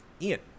Ian